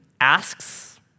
asks